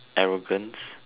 arrogance